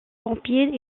pompiers